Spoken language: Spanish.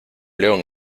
león